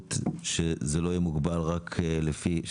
אפשרות שזה לא יהיה מוגבל רק לפי מוסד רפואי,